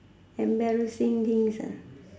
embarrassing things ah